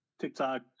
TikTok